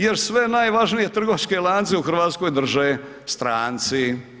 Jer sve najvažnije trgovačke lance u Hrvatskoj drže stranci.